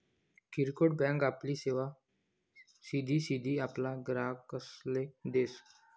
किरकोड बँक आपली सेवा सिधी सिधी आपला ग्राहकसले देस